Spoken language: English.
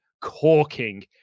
corking